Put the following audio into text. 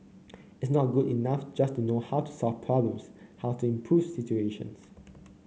it's not good enough just to know how to solve problems how to improve situations